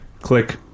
Click